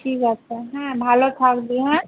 ঠিক আছে হ্যাঁ ভালো থাকবি হ্যাঁ